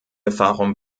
erfahrung